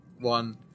one